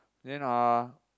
then uh